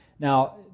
Now